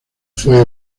fue